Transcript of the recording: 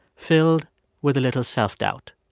filled with a little self-doubt.